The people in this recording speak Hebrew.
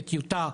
כטיוטה,